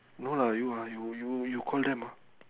no lah you ah you you call them ah